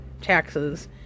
taxes